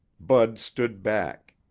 bud stood back.